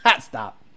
Stop